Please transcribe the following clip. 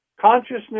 consciousness